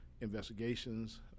investigations